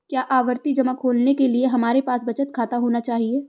क्या आवर्ती जमा खोलने के लिए हमारे पास बचत खाता होना चाहिए?